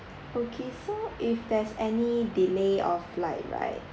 okay so if there's any delay of flight right